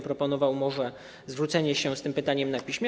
Proponowałbym może zwrócenie się z tym pytaniem na piśmie.